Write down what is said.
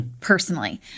personally